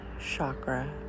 chakra